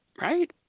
Right